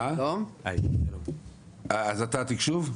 אתה תקשוב?